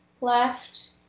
left